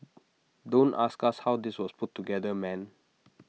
don't ask us how this was put together man